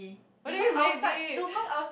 what do you mean maybe